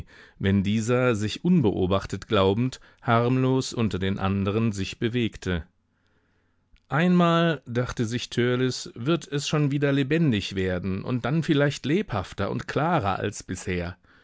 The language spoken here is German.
wenn dieser sich unbeobachtet glaubend harmlos unter den anderen sich bewegte einmal dachte sich törleß wird es schon wieder lebendig werden und dann vielleicht lebhafter und klarer als bisher